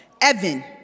Evan